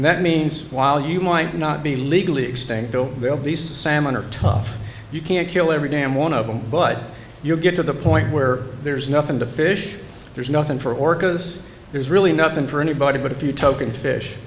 that means while you might not be legally extinct ill will be salmon are tough you can't kill every damn one of them but you get to the point where there's nothing to fish there's nothing for orcas there's really nothing for anybody but a few token fish